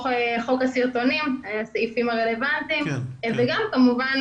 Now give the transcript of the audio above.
חוק הסרטונים עם הסעיפים הרלוונטיים וגם כמובן